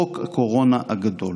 חוק הקורונה הגדול.